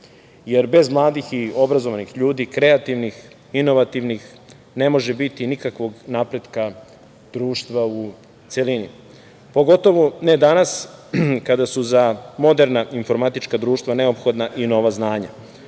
jer bez mladih i obrazovnih ljudi, kreativnih, inovativnih ne može biti nikakvog napretka društva u celini, pogotovo ne danas kada su za moderna informatička društava neophodna i nova znanja.